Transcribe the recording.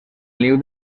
niu